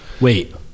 Wait